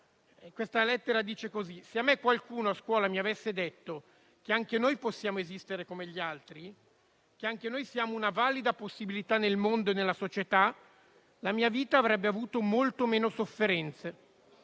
Questa lettera dice così: «Se a me qualcuno a scuola mi avesse detto che anche noi possiamo esistere come gli altri, che anche noi siamo una valida possibilità nel mondo e nella società, la mia vita avrebbe avuto molte meno sofferenze.